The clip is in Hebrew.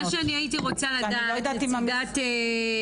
מה שאני הייתי רוצה לדעת, נציגת הבט"ל.